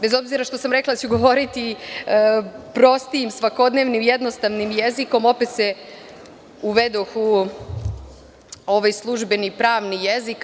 Bez obzira što sam rekla da ću govoriti prostijim, svakodnevnim, jednostavnim jezikom, opet se uvedoh u ovaj službeni pravni jezik.